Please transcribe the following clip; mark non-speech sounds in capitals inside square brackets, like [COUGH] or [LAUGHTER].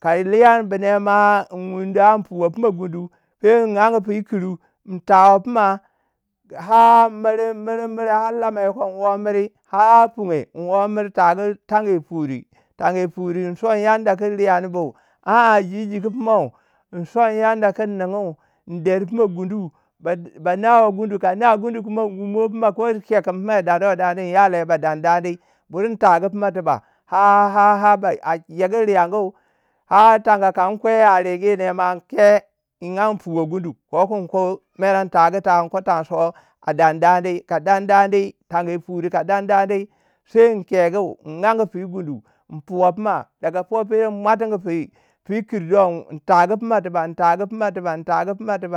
ka riyanbunema in wundi yin ange in fuwe fina gundu sai in angu pu yi kiru, in tawe pima ha in miri in miri miri har lama yoko in womiri har pungye in wom miri tagu tangi yi furi. Tangu yi furi in son yanda ku riyanbu. Ha a ji jigu puma in son yanda ki yin ningu in der pima gundu ba- ba na gundu. Ka na gundu kuma in wumuwai pima ko in chekin kin fimei dandani in ya lai ba dandani. Bur in tagu pima tiba ha- ha- ha ba a jegu riyangu ha tanga kan kwai ya rigine ma in kai in ange in fuwe gundu. koku in kwei mere in tagu tau in kogu tanso a dandani. Ka dandani tangi yi furi, ka dandani sai inkegu in angu fir [HESITATION] gundu in puwa pima daga poi pero in muatigwu pwui, fi kir do in- in tagu pima tiba intagu pima tiba